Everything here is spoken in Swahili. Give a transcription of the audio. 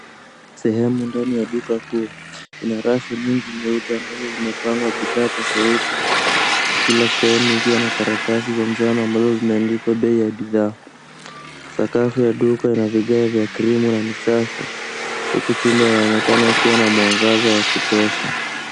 Sehemu ndani ya duka kuu, ina rafu nyingi nyeupe ambazo zimepangwa bidhaa tafauti kila sehemu ikiwa karatisi za njano ambazo zimeandikwa pei ya bidhaa. Sakafu ya duka ina vigae vya kirimu na ni safi huku chuma inaonekana ikiwa na mwangaza wa kutosha.